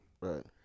Right